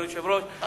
אדוני היושב-ראש,